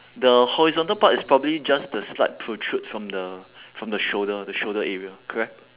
the horizontal part is probably just the slight protrude from the from the shoulder the shoulder area correct